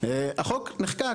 החוק נחקק.